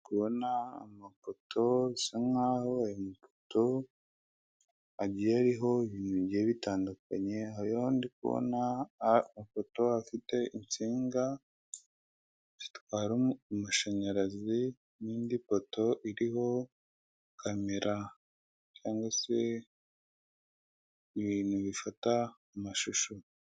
Kubona amapoto bisa nkaho ayo mapoto agiye ariho ibintu bigiye bitandukanye, haraho ndi kubona amafoto afite insinga zitwara amashanyarazi n'indi poto iriho kamera cyangwa se ibintu bifata amashusho.